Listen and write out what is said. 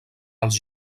els